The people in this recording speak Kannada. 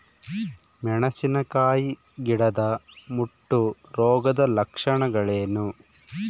ಮೆಣಸಿನಕಾಯಿ ಗಿಡದ ಮುಟ್ಟು ರೋಗದ ಲಕ್ಷಣಗಳೇನು?